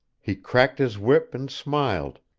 he cracked his whip and smiled,